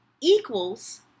equals